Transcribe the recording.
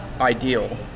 Ideal